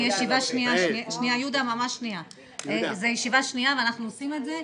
זו ישיבה שנייה ואנחנו עושים את זה.